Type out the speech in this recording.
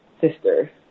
sister